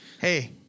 Hey